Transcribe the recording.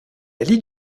lie